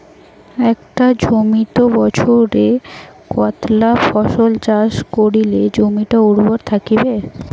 একটা জমিত বছরে কতলা ফসল চাষ করিলে জমিটা উর্বর থাকিবে?